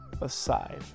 aside